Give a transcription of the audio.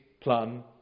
plan